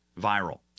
viral